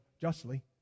justly